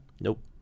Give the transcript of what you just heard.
Nope